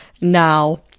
now